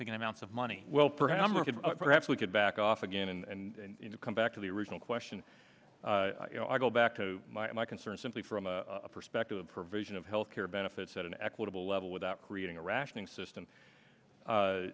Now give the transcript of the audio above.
hing amounts of money well perhaps perhaps we could back off again and come back to the original question you know i go back to my my concern simply from a perspective of provision of health care benefits at an equitable level without creating a rationing system